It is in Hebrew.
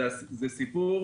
שלום,